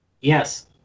Yes